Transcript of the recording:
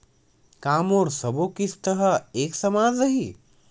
का मोर सबो किस्त ह एक समान रहि?